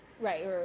right